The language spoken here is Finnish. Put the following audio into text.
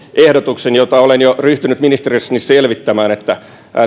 ehdotuksen jota olen jo ryhtynyt ministeriössäni selvittämään että